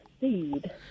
seed